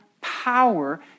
power